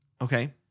Okay